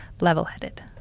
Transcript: level-headed